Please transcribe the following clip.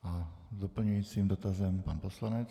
A s doplňujícím dotazem pan poslanec.